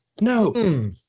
No